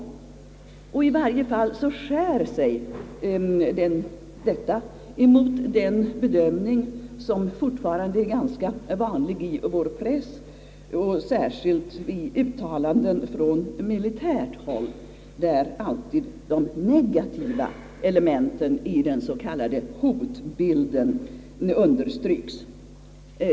I varje fall skär sig detta mot den bedömning som fortfarande är ganska vanlig i vår press och särskilt i uttalanden från militärt håll, där alltid de negativa elementen i den s.k. hotbilden understryks.